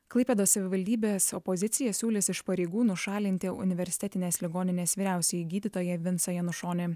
klaipėdos savivaldybės opozicija siūlys iš pareigų nušalinti universitetinės ligoninės vyriausiąjį gydytoją vincą janušonį